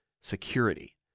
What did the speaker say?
security